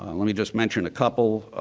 um let me just mention a couple.